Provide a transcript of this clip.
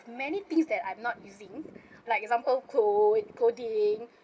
many things that I'm not using like example code coding